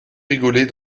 rigolait